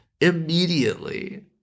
immediately